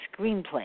screenplay